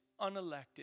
unelected